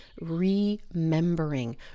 Remembering